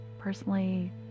personally